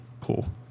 Cool